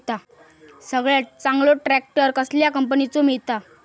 सगळ्यात चांगलो ट्रॅक्टर कसल्या कंपनीचो मिळता?